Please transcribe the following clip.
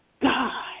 God